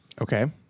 Okay